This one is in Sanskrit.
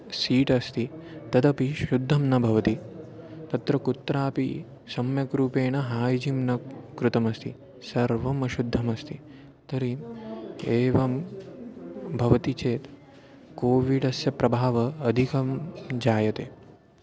सीट् अस्ति तदपि शुद्धं न भवति तत्र कुत्रापि सम्यक्रूपेण हाय्जिम् न कृतमस्ति सर्वम् अशुद्धमस्ति तर्हि एवं भवति चेत् कोविडस्य प्रभावः अदिकं जायते